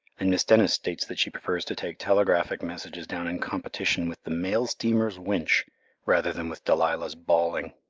and miss dennis states that she prefers to take telegraphic messages down in competition with the mail steamer's winch rather than with delilah's bawling.